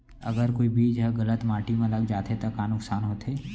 अगर कोई बीज ह गलत माटी म लग जाथे त का नुकसान होथे?